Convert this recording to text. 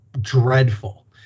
dreadful